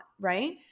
right